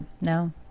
No